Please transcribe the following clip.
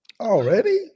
Already